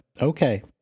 Okay